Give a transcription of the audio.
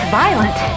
violent